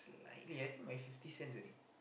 slightly I think by fifty cents only